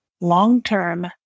long-term